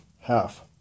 half